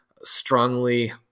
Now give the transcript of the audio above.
strongly